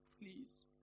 Please